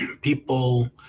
people